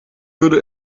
würde